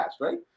right